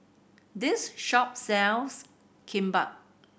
this shop sells Kimbap